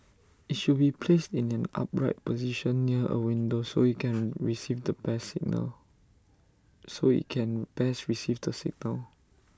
IT should be placed in an upright position near A window so IT can receive the best signal so IT can best receive the signal